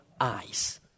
eyes